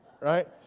Right